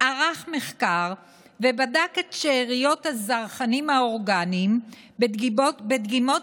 ערך מחקר ובדק את שאריות הזרחנים האורגניים בדגימות